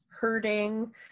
hurting